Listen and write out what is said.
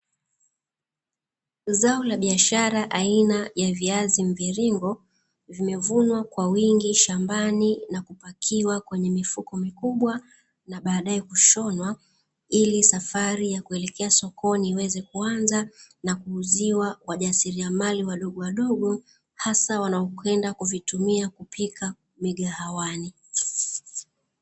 Zao la biashara aina ya viazi mviringo vimevunwa kwa wingi shambani na kupakiwa kwenye mifuko mikubwa na baadaye kushonwa, ili safari ya kuelekea sokoni iweze kuanza na kuuziwa wajasiriamali wadogowadogo hasa wanaokwenda kuvitumia kupikia migahawani.